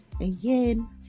again